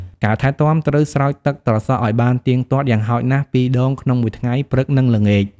ការថែទាំត្រូវស្រោចទឹកត្រសក់ឲ្យបានទៀងទាត់ យ៉ាងហោចណាស់ពីរដងក្នុងមួយថ្ងៃ (ព្រឹក និងល្ងាច)។